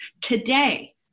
today